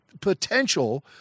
potential